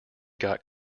got